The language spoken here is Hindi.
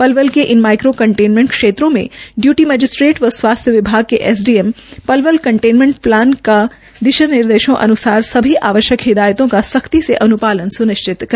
पलवल के इस माईक्रो कंटेनमेंट क्षेंत्रों में डयूटी मैजिस्ट्रेट व स्वास्थ्य विभाग के एमडीएम पलवल कंटेनमेंट प्लान के दिशा निर्देशे के अन्सार सभी आवश्यक हिदायतों का सख्ती से अन्पालन सुनिश्चित करेंगे